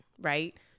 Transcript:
Right